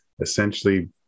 essentially